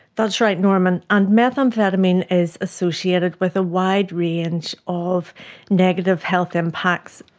that's right norman, and methamphetamine is associated with a wide range of negative health impacts.